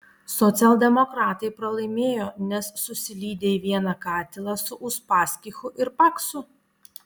socialdemokratai pralaimėjo nes susilydė į vieną katilą su uspaskichu ir paksu